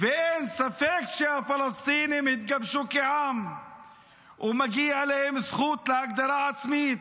ואין ספק שהפלסטינים התגבשו כעם ומגיע להם זכות להגדרה עצמית.